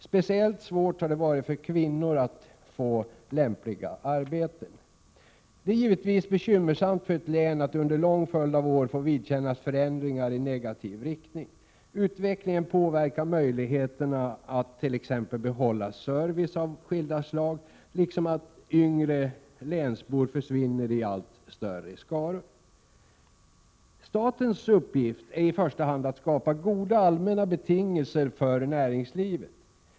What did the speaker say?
Speciellt svårt har det varit för kvinnor att få lämpliga jobb. Det är givetvis bekymmersamt för ett län att under en lång följd av år få vidkännas förändringar i negativ riktning. Utvecklingen påverkar möjligheten att t.ex. behålla service av skilda slag. Yngre länsbor försvinner i allt större skaror. Statens uppgift är i första hand att skapa goda allmänna betingelser för näringslivet.